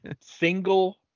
single